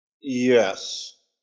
Yes